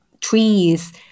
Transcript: trees